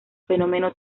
fenómeno